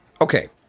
Okay